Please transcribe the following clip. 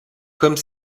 côme